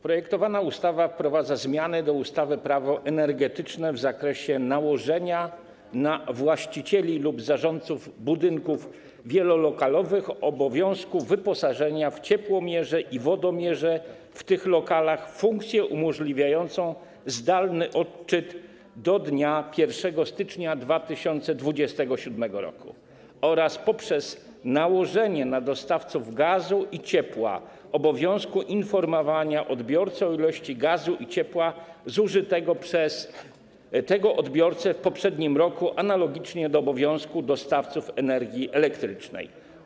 Projektowana ustawa wprowadza zmianę do ustawy - Prawo energetyczne dotyczącą nałożenia na właścicieli lub zarządców budynków wielolokalowych obowiązku wyposażenia ciepłomierzy i wodomierzy w tych budynkach w funkcję umożliwiającą zdalny odczyt do 1 stycznia 2027 r. oraz nałożenia na dostawców gazu i ciepła obowiązku informowania odbiorcy o ilości gazu i ciepła zużytego przez tego odbiorcę w poprzednim roku analogicznie do obowiązku dostawców energii elektrycznej.